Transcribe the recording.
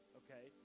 okay